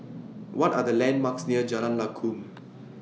What Are The landmarks near Jalan Lakum